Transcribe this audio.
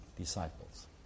disciples